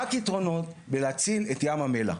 רק יתרונות בלהציל את ים המלח,